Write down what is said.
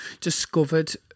discovered